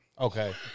Okay